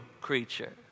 creature